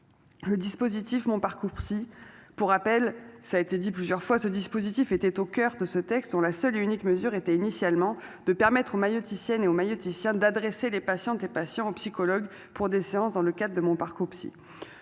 Le dispositif mon parcours si. Pour rappel, ça a été dit plusieurs fois, ce dispositif était au coeur de ce texte, dont la seule et unique mesure était initialement de permettre aux maïeuticienne et maïeuticien d'adresser les patientes et patients psychologue pour des séances dans le cadre de mon parcours